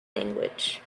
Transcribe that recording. language